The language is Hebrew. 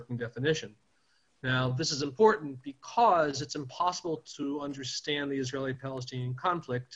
זה חשוב כי בלתי אפשרי להבין את הקונפליקט